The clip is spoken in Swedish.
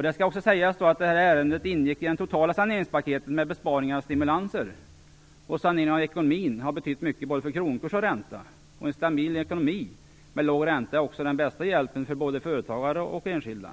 Det skall också sägas att detta ärende ingick i det totala saneringspaketet med besparingar och stimulanser. Saneringen av ekonomin har betytt mycket för både kronkurs och ränta. En stabil ekonomi med låg ränta är också den bästa hjälpen för både företagare och enskilda.